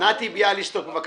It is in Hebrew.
נתי ביאליסטוק כהן, בבקשה.